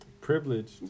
Privilege